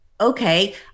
Okay